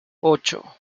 ocho